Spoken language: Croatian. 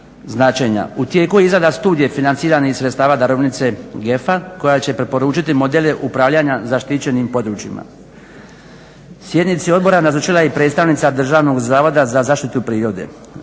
značenja. U tijeku je izrada studije financiranih sredstava darovnice GEF-a koja će preporučiti modele upravljanja zaštićenim područjima. Sjednici odbora nazočila je i predstavnica Državnog zavoda za zaštitu prirode.